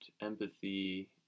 empathy